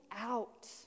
out